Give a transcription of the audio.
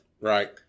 Right